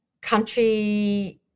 country